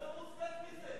מה יותר מוצדק מזה?